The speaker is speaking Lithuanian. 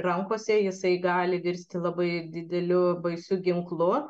rankose jisai gali virsti labai dideliu baisiu ginklu